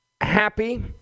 happy